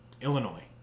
Illinois